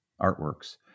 Artworks